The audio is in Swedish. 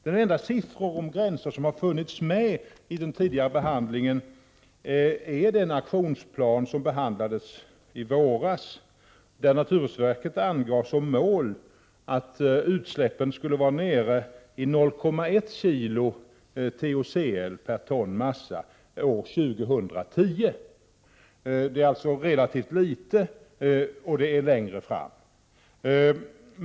Det enda som har nämnts om gränser i detta sammanhang under den tidigare behandlingen av frågan är den aktionsplan som behandlades i våras och där naturvårdsverket angav som mål att utsläppen skulle vara nere i 0,1 kg TOCI per ton massa år 2010. Det är alltså relativt litet och det är också längre fram i tiden.